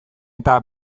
eta